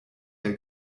der